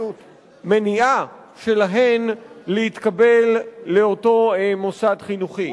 המניעה שלהן להתקבל לאותו מוסד חינוכי.